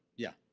yeah?